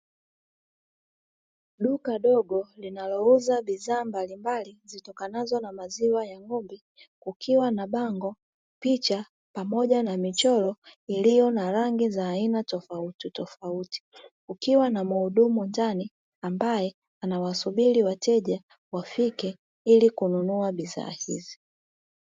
Duka dogo linalouza bidhaa mbalimbali zitokanazo na maziwa ya ng'ombe kukiwa na bango, picha pamoja na michoro iliyo na rangi za aina tofautitofauti; kukiwa na mhudumu ndani ambaye anawasubiri wateja wafike ili kununua bidhaa hizo.